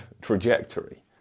trajectory